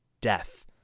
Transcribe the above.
death